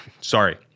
Sorry